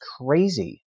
crazy